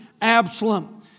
Absalom